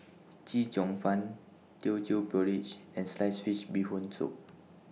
Chee Cheong Fun Teochew Porridge and Sliced Fish Bee Hoon Soup